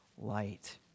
light